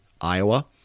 Iowa